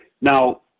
now